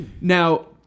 Now